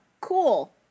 Cool